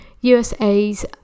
USA's